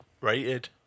rated